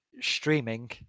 streaming